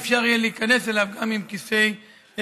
יהיה אפשר להיכנס אליו גם עם כיסא גלגלים,